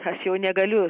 aš jau negaliu